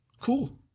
cool